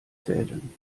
zählen